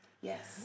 Yes